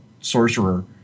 sorcerer